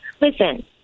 listen